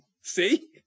See